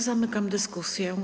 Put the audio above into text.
Zamykam dyskusję.